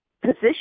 position